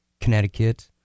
Connecticut